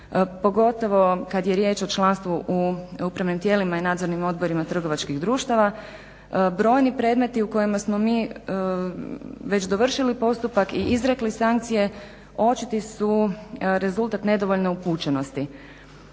pogotovo kada je riječ o članstvu u pravnim tijelima i nadzornim odborima trgovačkih društava. Brojni predmeti u kojima smo mi već dovršili postupak i izrekli sankcije očiti su rezultat nedovoljne upućenosti.